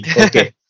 Okay